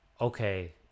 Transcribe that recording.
okay